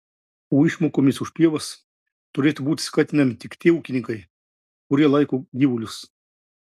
o išmokomis už pievas turėtų būtų skatinami tik tie ūkininkai kurie laiko gyvulius